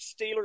Steelers